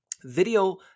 video